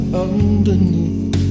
underneath